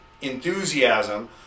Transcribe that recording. enthusiasm